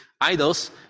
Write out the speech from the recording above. idols